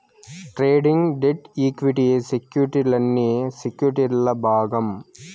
trading, debt, equity సెక్యుర్టీలన్నీ సెక్యుర్టీల్ల భాగం